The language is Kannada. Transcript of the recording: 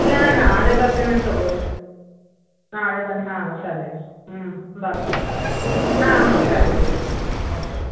ಇಲ್ಲ ನಾ ನಾಳೆ ಬರ್ತೇನಂತೆ ತಗೊಳಿ ನಾಳೆ ಬಂದು ಹಾಂ ಸರಿ ಹ್ಞೂ ಬರ್ತಿನಿ ಆಂ ಹಾಂ ಸರಿ ರೀ ಓಕೆ